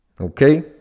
Okay